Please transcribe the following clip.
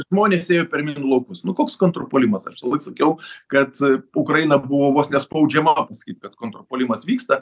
žmonės ėjo per minų laukus nu koks kontrpuolimas aš visalaik sakiau kad ukraina buvo vos nespaudžiama pasakyt kad kontrpuolimas vyksta